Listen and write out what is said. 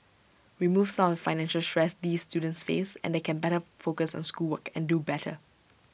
remove some of financial stress these students face and they can better focus on schoolwork and do better